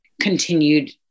continued